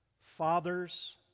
fathers